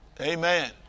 Amen